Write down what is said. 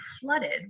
flooded